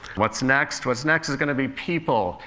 what's next? what's next is going to be people.